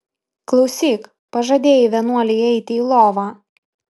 klausyk pažadėjai vienuolei eiti į lovą